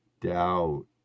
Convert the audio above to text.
doubt